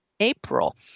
April